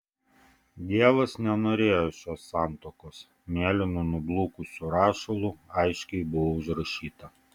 dievas nenorėjo šios santuokos mėlynu nublukusiu rašalu aiškiai buvo užrašyta